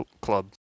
club